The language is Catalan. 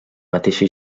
mateixa